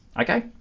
okay